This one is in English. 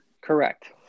Correct